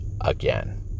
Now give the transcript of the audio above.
again